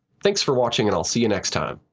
thanks for watching and i'll see you next time.